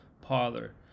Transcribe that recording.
parlor